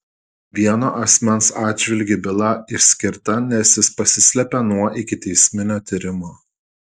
vieno asmens atžvilgiu byla išskirta nes jis pasislėpė nuo ikiteisminio tyrimo